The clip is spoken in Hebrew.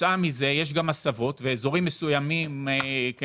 כתוצאה מכך יש גם הסבות, ואזורים מסוים שבהם